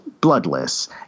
bloodless